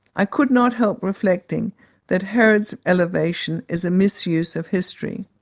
i could not help reflecting that herod's elevation is a misuse of history.